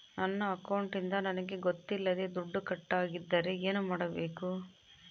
ನನ್ನ ಅಕೌಂಟಿಂದ ನನಗೆ ಗೊತ್ತಿಲ್ಲದೆ ದುಡ್ಡು ಕಟ್ಟಾಗಿದ್ದರೆ ಏನು ಮಾಡಬೇಕು?